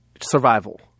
survival